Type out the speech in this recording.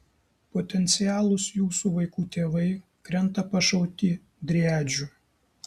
potencialūs jūsų vaikų tėvai krenta pašauti driadžių